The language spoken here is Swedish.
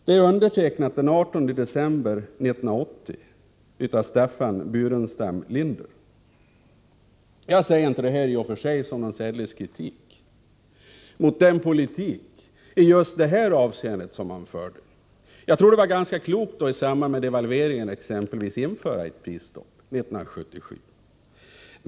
Det är undertecknat den 18 december 1980 av Staffan Burenstam Linder. Jag säger i och för sig inte detta som någon kritik mot den politik i just det här avseendet som man förde. Jag tror att det var ganska klokt att exempelvis isamband med devalveringen införa ett prisstopp 1977.